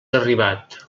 arribat